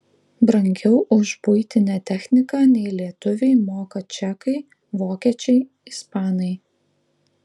brangiau už buitinę techniką nei lietuviai moka čekai vokiečiai ispanai